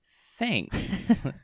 thanks